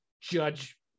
judge